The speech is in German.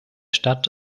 stadt